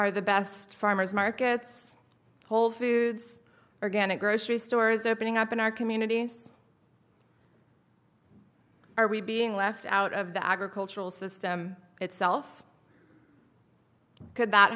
are the best farmers markets whole foods or ghana grocery stores opening up in our communities are we being left out of the agricultural system itself could that